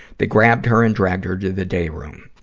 they grabbed her and dragged her to the day room.